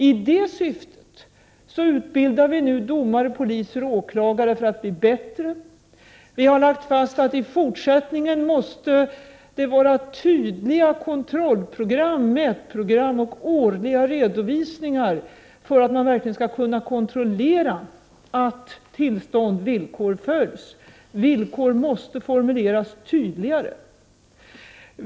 I det syftet utbildas nu domare, poliser och åklagare. Vi har lagt fast att i fortsättningen måste det vara tydliga kontrolloch mätprogram och årliga redovisningar för att man verkligen skall kunna kontrollera att tillstånd och villkor följs. Villkoren måste formuleras tydligare.